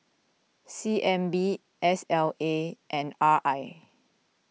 C N B S L A and R I